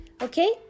Okay